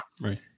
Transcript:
Right